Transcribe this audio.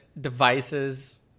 devices